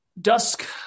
dusk